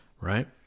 right